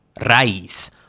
Raiz